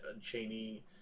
Cheney